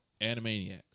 Animaniacs